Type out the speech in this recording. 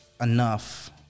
enough